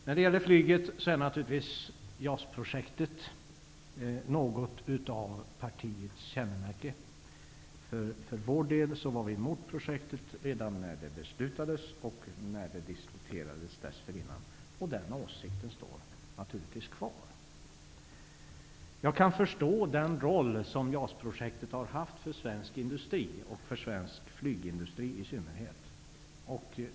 När det gäller flyget är inställningen till JAS-projektet något av ett kännemärke för partiet. Vi var för vår del mot projektet redan när det beslutades och när det dessförinnan diskuterades. Den åsikten står vi naturligtvis fast vid. Jag kan förstå den roll som JAS-projektet har haft för svensk industri och för svensk flygindustri i synnerhet.